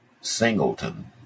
Singleton